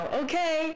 okay